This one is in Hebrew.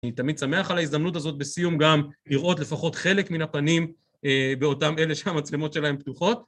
אני תמיד שמח על ההזדמנות הזאת בסיום גם לראות לפחות חלק מן הפנים באותם אלה שהמצלמות שלהם פתוחות.